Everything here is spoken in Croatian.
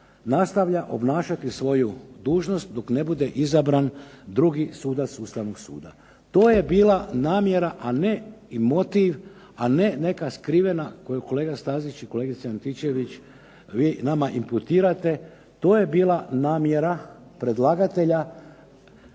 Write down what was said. nastavlja obnašati svoju dužnost dok ne bude izabran drugi sudac Ustavnog suda. To je bila namjera a ne i motiv, koji je neka skrivena koji kolega Stazić i kolegice Antičević nama imputirate, to je bila namjera predlagatelja